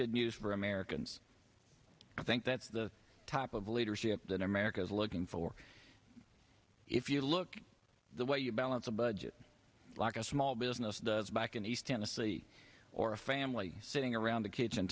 good news for americans i think that's the type of leadership that america is looking for if you look the way you balance a budget like a small business does back in east tennessee or a family sitting around the kitchen